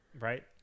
Right